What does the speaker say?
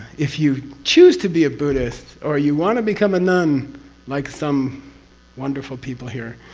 if you choose to be a buddhist, or you want to become a nun like some wonderful people here.